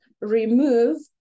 remove